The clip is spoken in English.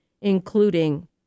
including